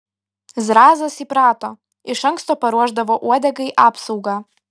zrazas įprato iš anksto paruošdavo uodegai apsaugą